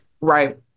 Right